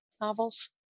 novels